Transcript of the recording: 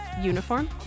uniform